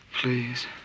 Please